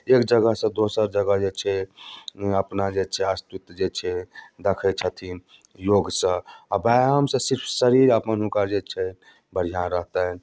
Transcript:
एक जगहसँ दोसर जगह जे छै अपना जे छै अस्तित्व जे छै देखै छथिन योगसँ आओर व्यायामसँ सिर्फ शरीर अपन हुनकर जे छै बढ़िआँ रहतनि